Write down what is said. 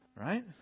right